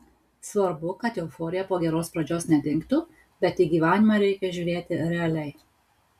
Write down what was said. svarbu kad euforija po geros pradžios nedingtų bet į gyvenimą reikia žiūrėti realiai